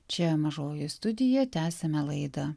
čia mažoji studija tęsiame laidą